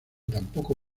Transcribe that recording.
tampoco